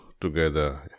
together